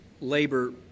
labor